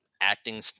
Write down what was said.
acting